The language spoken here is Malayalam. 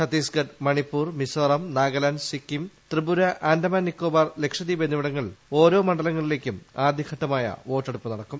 ഛത്തീസ്ഗഡ് മണിപ്പൂർ മിസ്നോറാം നാഗാലാന്റ് സിക്കിം ത്രിപുര ആന്റമാൻ നിക്കോബാർ ലക്ഷദ്വീപ് എന്നിവിടങ്ങളിൽ ഓരോ മണ്ഡലങ്ങളിലേക്കും ആദ്യഘട്ടമായ വോട്ടെടുപ്പ് നടക്കും